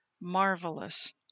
marvelous